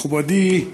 מכובדיי,